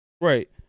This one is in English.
Right